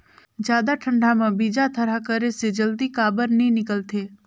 जादा ठंडा म बीजा थरहा करे से जल्दी काबर नी निकलथे?